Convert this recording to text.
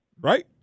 right